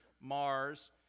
Mars